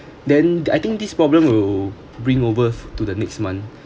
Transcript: then I think this problem will bring over to the next month